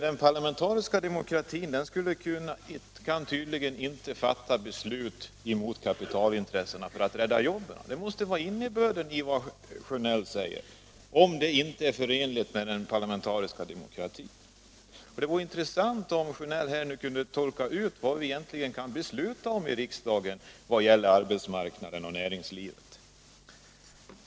Den parlamentariska demokratin skulle tydligen inte kunna fatta beslut emot kapitalintressena för att rädda jobben om det inte är förenligt med den parlamentariska demokratin. Det måste vara innebörden i vad herr Sjönell säger. Det vore intressant om herr Sjönell nu kunde uttolka vad vi egentligen kan besluta om i riksdagen när det gäller arbetsmarknaden och näringslivet.